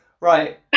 right